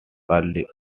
early